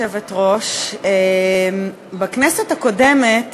בכנסת הקודמת